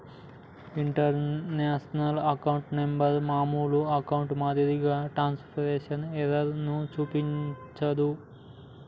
international account number మామూలు అకౌంట్లో మాదిరిగా ట్రాన్స్మిషన్ ఎర్రర్ ను చూపించదు